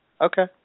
Okay